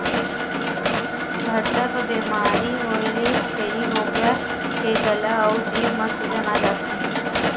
घटसर्प बेमारी होए ले छेरी बोकरा के गला अउ जीभ म सूजन आ जाथे